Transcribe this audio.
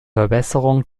verbesserung